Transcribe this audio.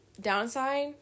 downside